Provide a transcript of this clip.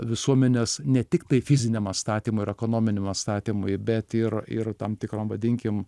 visuomenės ne tiktai fiziniam atstatymui ir ekonominiam atstatymui bet ir ir tam tikrom vadinkim